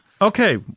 Okay